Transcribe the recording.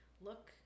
look